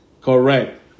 correct